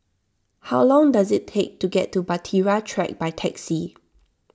how long does it take to get to Bahtera Track by taxi